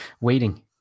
waiting